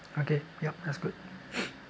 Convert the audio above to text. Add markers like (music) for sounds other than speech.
okay yup that's good (breath)